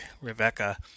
Rebecca